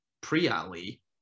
pre-Ali